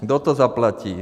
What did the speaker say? Kdo to zaplatí?